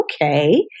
Okay